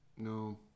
No